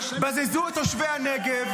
בזזו את תושבי הנגב.